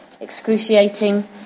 excruciating